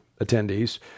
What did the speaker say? attendees